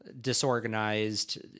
disorganized